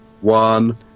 one